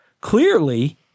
clearly